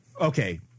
okay